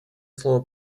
слово